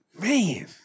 Man